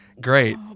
Great